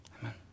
Amen